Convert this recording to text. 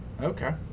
Okay